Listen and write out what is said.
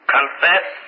Confess